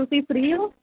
ਤੁਸੀਂ ਫਰੀ ਹੋ